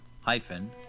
hyphen